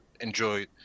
enjoy